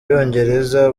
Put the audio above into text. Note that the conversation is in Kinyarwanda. cyongereza